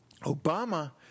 Obama